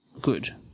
good